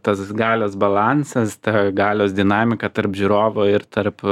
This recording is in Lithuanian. tas galios balansas ta galios dinamika tarp žiūrovo ir tarp